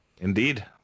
Indeed